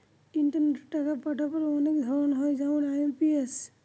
ইন্টারনেটে টাকা পাঠাবার অনেক ধরন হয় যেমন আই.এম.পি.এস